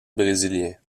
brésilien